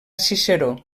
ciceró